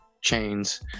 chains